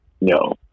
No